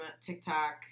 TikTok